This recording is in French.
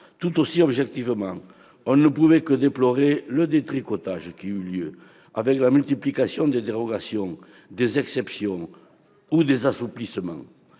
tout aussi objectivement, on ne pouvait que déplorer le détricotage qui eut lieu avec la multiplication des dérogations, des exceptions ou des assouplissements